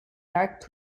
dark